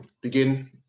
begin